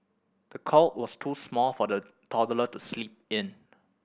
the cot was too small for the toddler to sleep in